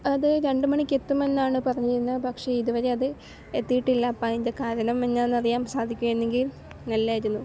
അതു രണ്ടു മണിക്കെത്തുമെന്നാണ് പറഞ്ഞിരുന്നത് പക്ഷെ ഇതുവരെയത് എത്തിയിട്ടില്ല അപ്പതിൻ്റെ കാരണം എന്താണെന്നറിയാൻ സാധിക്കുമായിരുന്നെങ്കിൽ നല്ലതായിരുന്നു